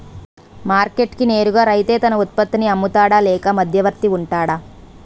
Market కి నేరుగా రైతే తన ఉత్పత్తి నీ అమ్ముతాడ లేక మధ్యవర్తి వుంటాడా?